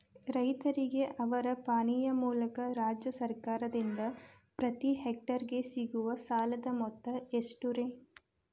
ರೈತರಿಗೆ ಅವರ ಪಾಣಿಯ ಮೂಲಕ ರಾಜ್ಯ ಸರ್ಕಾರದಿಂದ ಪ್ರತಿ ಹೆಕ್ಟರ್ ಗೆ ಸಿಗುವ ಸಾಲದ ಮೊತ್ತ ಎಷ್ಟು ರೇ?